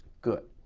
good.